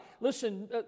Listen